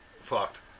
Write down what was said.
fucked